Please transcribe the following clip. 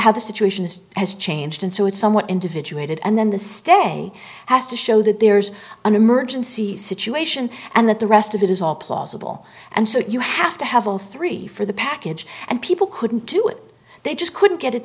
had the situation is has changed and so it's somewhat individuated and then the stay has to show that there's an emergency situation and that the rest of it is all plausible and so you have to have all three for the package and people couldn't do it they just couldn't get it